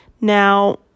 Now